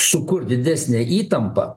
sukur didesnę įtampą